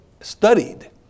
studied